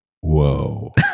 Whoa